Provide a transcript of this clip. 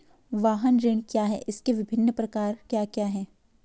वाहन ऋण क्या है इसके विभिन्न प्रकार क्या क्या हैं?